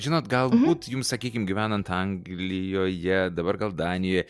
žinot galbūt jums sakykim gyvenant anglijoje dabar gal danijoje